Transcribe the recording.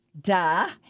duh